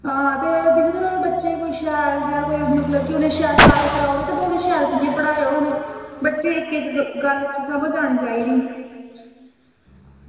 आं ते दिक्खदे रवेओ बच्चे कोई शैल करियै करायो ते शैल करियै उनेंगी पढ़ायो ते इक्क इक्क गल्ल समझ आना चाहिदी